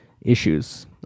issues